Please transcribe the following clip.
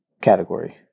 category